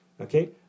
Okay